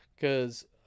Cause